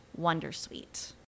Wondersuite